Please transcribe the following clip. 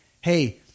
hey